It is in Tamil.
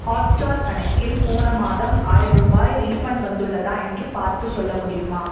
ஹாட்ஸ்டார் கணக்கில் போன மாதம் ஆயரூபாய் ரீஃபண்ட் வந்துள்ளதா என்று பார்த்துச் சொல்ல முடியுமா